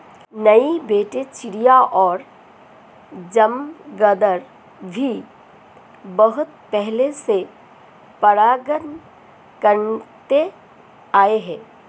नहीं बेटे चिड़िया और चमगादर भी बहुत पहले से परागण करते आए हैं